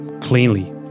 cleanly